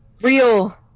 Real